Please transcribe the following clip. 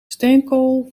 steenkool